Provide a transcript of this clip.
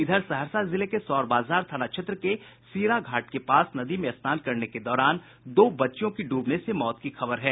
इधर सहरसा जिले के सौर बाजार थाना क्षेत्र के सीरा घाट के पास नदी में स्नान करने के दौरान दो बच्चियों की डूबने से मौत की खबर है